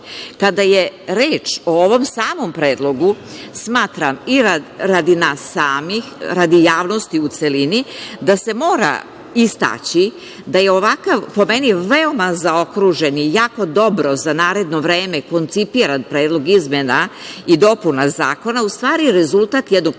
je reč o ovom samom predlogu, smatram i radi nas samih, radi javnosti u celini, da se mora istaći da je ovakav, po meni, veoma zaokružen i jako dobro za naredno vreme koncipiran Predlog izmena i dopuna zakona, u stvari rezultat jednog